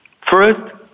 First